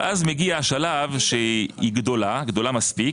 אבל אז מגיע השלב שהיא גדולה מספיק,